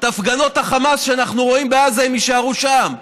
הפגנות החמאס שאנחנו רואים בעזה, הן יישארו שם.